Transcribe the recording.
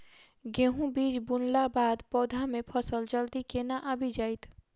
गेंहूँ बीज बुनला बाद पौधा मे फसल जल्दी केना आबि जाइत?